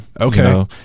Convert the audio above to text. Okay